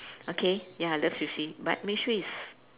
okay ya I love sushi but make sure it's